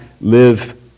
live